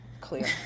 clear